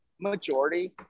majority